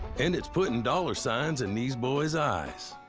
and it's putting dollar signs in these boys' eyes.